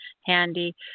handy